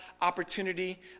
opportunity